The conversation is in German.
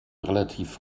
relativ